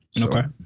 okay